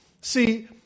See